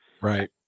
Right